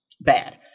bad